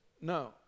no